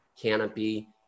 Canopy